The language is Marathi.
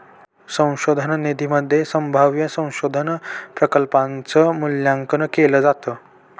संशोधन निधीमध्ये संभाव्य संशोधन प्रकल्पांच मूल्यांकन केलं जातं